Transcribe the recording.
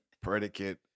Predicate